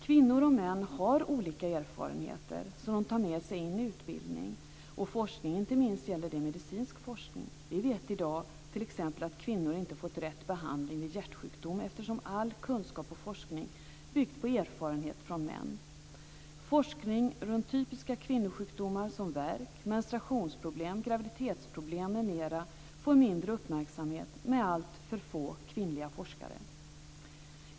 Kvinnor och män har olika erfarenheter som de tar med sig in i utbildning och forskning, inte minst gäller det medicinsk forskning. Vi vet i dag t.ex. att kvinnor inte har fått rätt behandling vid hjärtsjukdom, eftersom all kunskap och forskning byggt på erfarenhet från män. Forskning runt typiska kvinnosjukdomar som värk, menstruationsproblem, graviditetsproblem, m.m. får mindre uppmärksamhet med alltför få kvinnliga forskare.